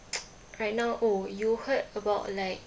right now oh you heard about like